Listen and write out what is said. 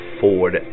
Ford